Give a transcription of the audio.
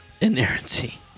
Inerrancy